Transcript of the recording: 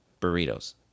burritos